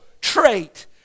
trait